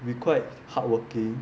we quite hardworking